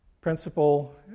Principle